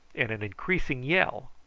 in an increasing yell.